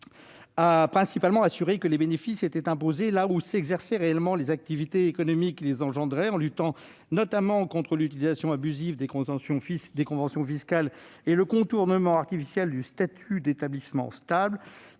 principalement à s'assurer que les bénéfices étaient imposés là où s'exerçaient réellement les activités économiques qui les engendraient, en luttant notamment contre l'utilisation abusive des conventions fiscales et le contournement artificiel du statut d'établissement stable,